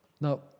Now